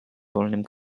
wolnym